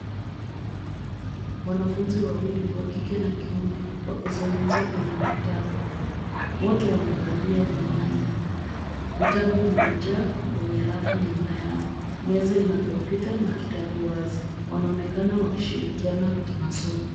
Wanafunzi wawili, wa kike na kiume wakizungumza kwenye maktaba, wote wamevalia miwani, vitabu vimejaa kwenye rafu nyuma yao. Meza ina kompyuta na kitabu wazi. Wanaonekana wakishirikiana kimasomo.